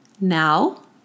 Now